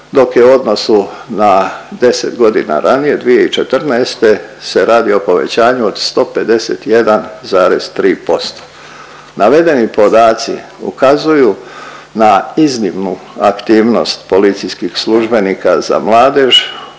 dok je u odnosu na 10 godina ranije, 2014. se radi o povećanju od 151,6%. Navedeni podaci ukazuju na iznimnu aktivnost policijskih službenika za mladež,